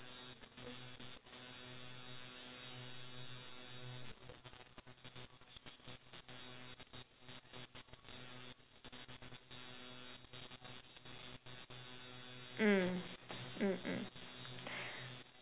mm mm mm